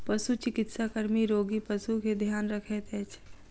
पशुचिकित्सा कर्मी रोगी पशु के ध्यान रखैत अछि